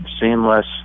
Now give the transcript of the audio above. Seamless